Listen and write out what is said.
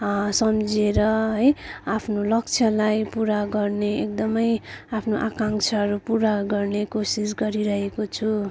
सम्झिएर है आफ्नो लक्ष्यलाई पुरा गर्ने एकदमै आफ्नो आकाङ्क्षाहरू पुरा गर्ने कोसिस गरिरहेको छु